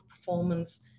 performance